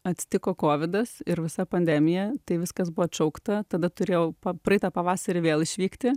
atsitiko kovidas ir visa pandemija tai viskas buvo atšaukta tada turėjau pa praeitą pavasarį vėl išvykti